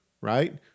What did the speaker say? right